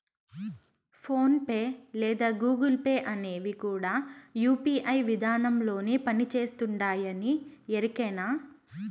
phone pay లేదా Google Pay అనేవి కూడా యూ.పీ.ఐ విదానంలోనే పని చేస్తుండాయని ఎరికేనా